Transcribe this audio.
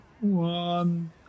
One